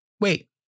Wait